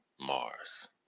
Mars